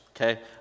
okay